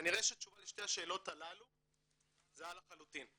כנראה שתשובה לשתי השאלות הללו זהה לחלוטין,